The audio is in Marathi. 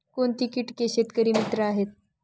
कोणती किटके शेतकरी मित्र आहेत?